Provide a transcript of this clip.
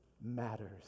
matters